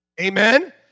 Amen